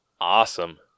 awesome